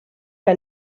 que